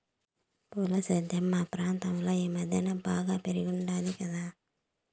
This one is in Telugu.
పూల సేద్యం మా ప్రాంతంలో ఈ మద్దెన బాగా పెరిగుండాది కదా